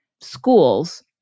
schools